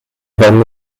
velmi